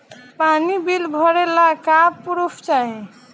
पानी बिल भरे ला का पुर्फ चाई?